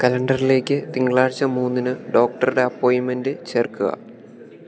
കലണ്ടറിലേക്ക് തിങ്കളാഴ്ച മൂന്നിന് ഡോക്ടറുടെ അപ്പോയിമെൻറ്റ് ചേർക്കുക